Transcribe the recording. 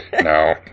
No